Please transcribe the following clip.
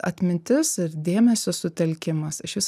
atmintis ir dėmesio sutelkimas išvis